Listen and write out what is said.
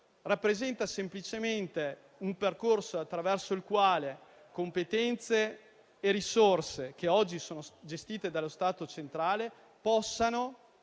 rappresenta semplicemente un percorso attraverso il quale le competenze e le risorse che oggi sono gestite dallo Stato centrale possono